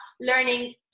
learning